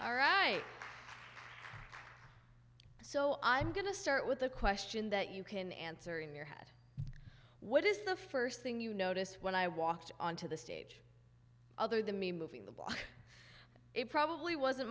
all right so i'm going to start with a question that you can answer in your head what is the st thing you notice when i walked onto the stage other than me moving the block it probably wasn't